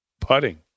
putting